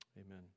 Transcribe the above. Amen